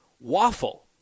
Waffle